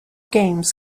games